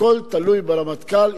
הכול תלוי ברמטכ"ל.